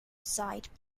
side